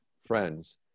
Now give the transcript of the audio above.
friends